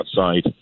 outside